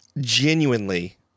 genuinely